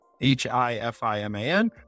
H-I-F-I-M-A-N